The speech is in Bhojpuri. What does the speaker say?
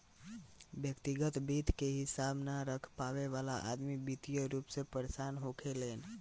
व्यग्तिगत वित्त के हिसाब न रख पावे वाला अदमी वित्तीय रूप से परेसान होखेलेन